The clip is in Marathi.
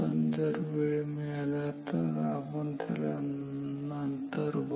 जर वेळ मिळाला तर आपण त्याला नंतर बघू